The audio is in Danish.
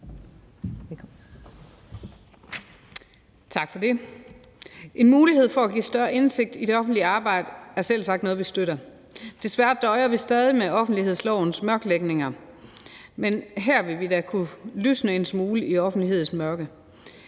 Tak for det. En mulighed for at give større indsigt i det offentlige arbejde er selvsagt noget, vi støtter. Desværre døjer vi stadig med offentlighedslovens mørklægninger, men her vil vi da kunne lysne en smule af offentlighedslovens mørke.